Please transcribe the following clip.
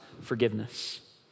forgiveness